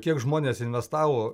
kiek žmonės investavo